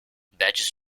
badges